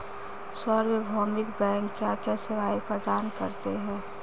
सार्वभौमिक बैंक क्या क्या सेवाएं प्रदान करते हैं?